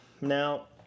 Now